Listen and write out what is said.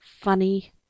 funny